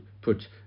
put